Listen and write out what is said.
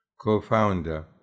co-founder